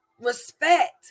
Respect